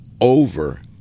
over